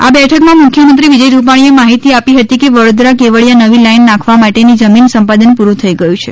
આ બેઠકમાં મુખ્યમંત્રી વિજય રૂપાણીએ માહિતી આપી હતી કે વડોદરા કેવડીયા નવી લાઇન નાંખવા માટેની જમીન સંપાદન પૂરું થઈ ગયું છે